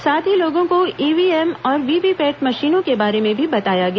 साथ ही लोगों को ईव्हीएम और वीवीपैट मशीनों के बारे में भी बताया गया